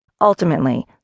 Ultimately